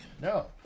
No